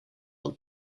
del